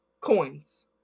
Coins